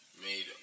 made